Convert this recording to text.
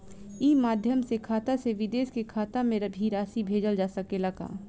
ई माध्यम से खाता से विदेश के खाता में भी राशि भेजल जा सकेला का?